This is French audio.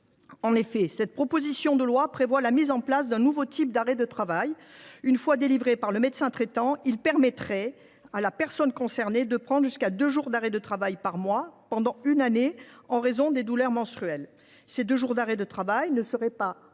En effet, la proposition de loi prévoit la mise en place d’un nouveau type d’arrêt de travail. Une fois délivré par le médecin traitant de la personne concernée, il permettrait à celle ci de prendre jusqu’à deux jours d’arrêt de travail par mois, pendant une année, en raison de douleurs menstruelles. Ces deux jours d’arrêt de travail ne seraient pas